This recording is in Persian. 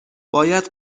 باید